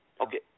Okay